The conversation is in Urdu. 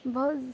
بہت